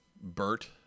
Bert